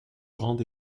grande